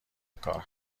کار